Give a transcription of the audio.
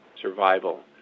survival